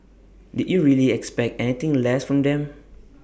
did you really expect anything less from them